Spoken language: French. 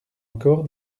encore